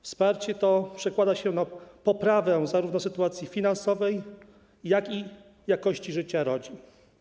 Wsparcie to przekłada się na poprawę zarówno sytuacji finansowej, jak i jakości życia rodzin.